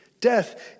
Death